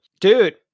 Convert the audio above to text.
dude